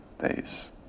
days